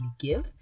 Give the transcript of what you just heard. give